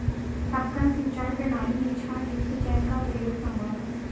टपकन सिंचाई प्रणाली में क्षारयुक्त जल का प्रयोग संभव है